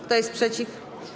Kto jest przeciw?